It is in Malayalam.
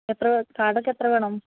എത്രയാണ് കാര്ഡൊക്കെ എത്ര വേണം